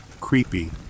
creepy